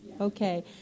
Okay